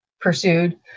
pursued